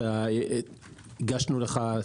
הגשנו לך,